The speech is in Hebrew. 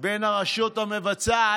הראשונה בין הרשות המבצעת